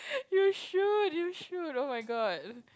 you should you should oh-my-god